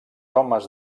homes